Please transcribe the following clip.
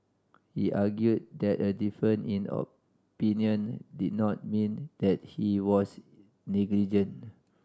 he argued that a difference in opinion did not mean that he was negligent